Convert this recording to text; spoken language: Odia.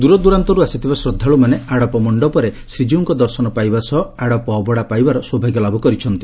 ଦୁର ଦୂରନ୍ତରୁ ଆସିଥିବା ଶ୍ରଦ୍ଧାଳୁମାନେ ଆଡ଼ପ ମଣ୍ଡପରେ ଶ୍ରୀଜୀଉଙ୍କ ଦର୍ଶନ ପାଇବା ସହ ଆଡ଼ପ ଅଭଡ଼ା ପାଇବାର ସୌଭାଗ୍ୟ ଲାଭ କରିଛନ୍ତି